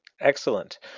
Excellent